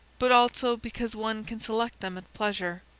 but also because one can select them at pleasure,